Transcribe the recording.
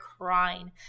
crying